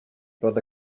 roedd